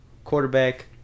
Quarterback